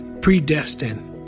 predestined